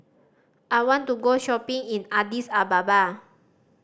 I want to go shopping in Addis Ababa